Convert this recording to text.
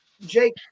Jake